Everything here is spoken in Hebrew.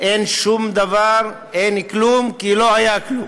אין שום דבר, אין כלום כי לא היה כלום,